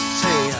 say